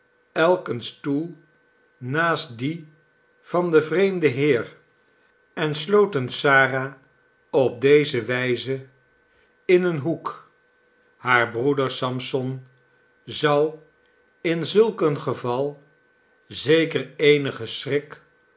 elk een stoel naast dien van den vreemden heer en sloten sara op deze wijze in een hoek haar broeder sampson zou in zulk een geval zeker eenigen schrik